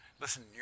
listen